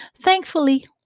Thankfully